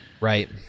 Right